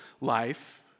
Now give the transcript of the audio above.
life